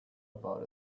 about